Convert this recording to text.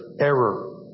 error